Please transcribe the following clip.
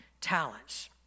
talents